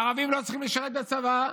הערבים לא צריכים לשרת בצבא,